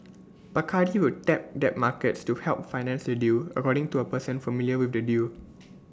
Bacardi will tap debt markets to help finance the deal according to A person familiar with the deal